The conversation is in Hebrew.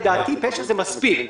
לדעתי, פשע זה מספיק.